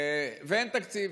ואין תקציב.